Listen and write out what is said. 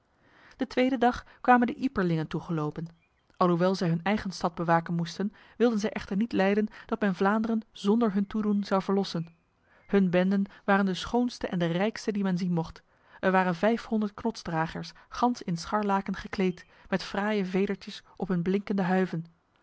de tweede dag kwamen de ieperlingen toegelopen alhoewel zij hun eigen stad bewaken moesten wilden zij echter niet lijden dat men vlaanderen zonder hun toedoen zou verlossen hun benden waren de schoonste en de rijkste die men zien mocht er waren vijfhonderd knotsdragers gans in scharlaken gekleed met fraaie vedertjes op hun blinkende huiven